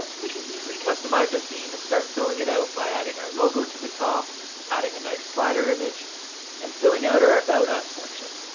ah we can easily customize our theme and start filling it out by adding our logo to the top adding a nice slider image and filling out our about us section.